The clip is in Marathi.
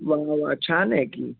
वा वा छान आहे की